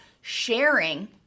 sharing